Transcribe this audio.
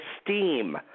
Esteem